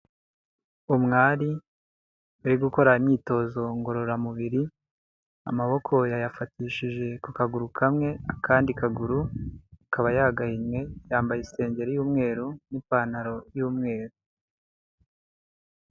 Umwari uri gukora imyitozo ngororamubiri amaboko yayafatishije ku kaguru kamwe, akandi kaguru akaba yagahinnye, yambaye isengeri y'umweru n'ipantaro y'umweru.